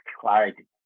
clarity